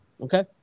Okay